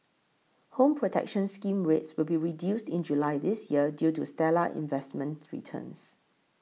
Home Protection Scheme rates will be reduced in July this year due to stellar investment returns